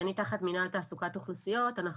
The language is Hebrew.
כשאני תחת מנהל התעסוקה האוכלוסיות אנחנו